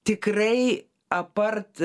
tikrai apart